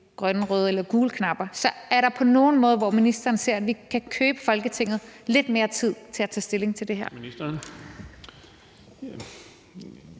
grønne, røde eller gule knapper. Så er der på nogen måde, hvor ministeren ser at vi kan købe Folketinget lidt mere tid til at tage stilling til det her?